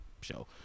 show